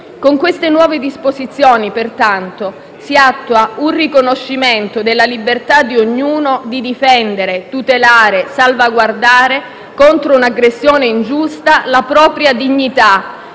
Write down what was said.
Con le nuove disposizioni si attua pertanto il riconoscimento della libertà di ognuno di difendere, tutelare e salvaguardare contro un'aggressione ingiusta la propria dignità,